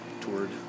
toured